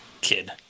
kid